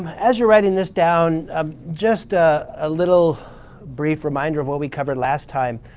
as you're writing this down, um just ah a little brief reminder of what we covered last time.